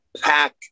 pack